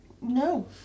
No